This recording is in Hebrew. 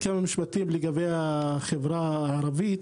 בקשר לחברה הערבית.